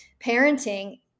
parenting